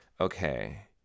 Okay